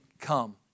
come